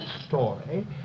story